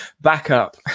backup